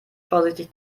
vorsichtig